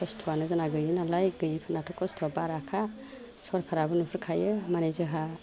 खस्थ'आनो जोंना गोयि नालाय गोयिफोरनाथ' खस्थ'आ बाराखा सरखाराबो नुहर खायो मानि जोंहा